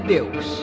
Deus